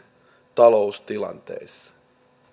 taloustilanteissa